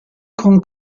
con